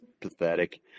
pathetic